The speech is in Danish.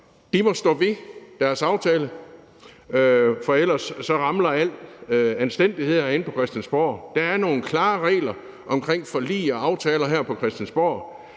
Danmark, stå ved deres aftale, for ellers ramler al anstændighed herinde på Christiansborg. Der er nogle klare regler omkring forlig og aftaler her på Christiansborg,